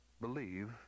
believe